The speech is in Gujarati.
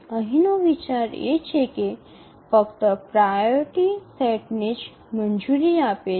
અહીંનો વિચાર એ છે કે ફક્ત પ્રાઓરિટી સેટને જ મંજૂરી આપે છે